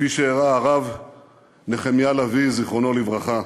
כפי שאירע לרב נחמיה לביא, זיכרונו לברכה,